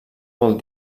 vol